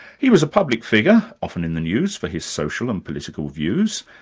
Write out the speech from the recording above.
he was a public figure, often in the news for his social and political views,